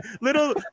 Little